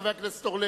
חבר הכנסת אורלב,